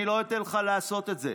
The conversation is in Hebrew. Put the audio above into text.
אני לא אתן לך לעשות את זה.